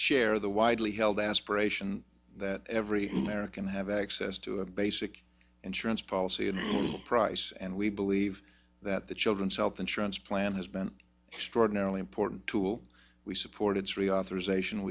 share the widely held aspiration that every american have access to a basic insurance policy and price and we believe that the children's health insurance plan has been extraordinarily important tool we support its reauthorization